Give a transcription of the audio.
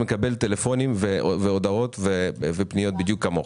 אני מקבל טלפונים והודעות ופניות בדיוק כמוך,